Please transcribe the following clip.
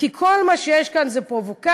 כי כל מה שיש כאן זו פרובוקציה.